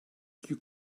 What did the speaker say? you